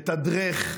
מתדרך,